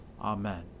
Amen